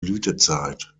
blütezeit